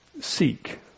seek